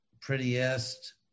prettiest